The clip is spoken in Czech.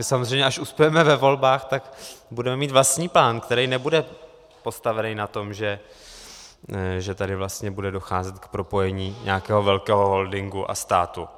Samozřejmě až uspějeme ve volbách, tak budeme mít vlastní plán, který nebude postavený na tom, že tady vlastně bude docházet k propojení nějakého velkého holdingu a státu.